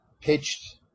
pitched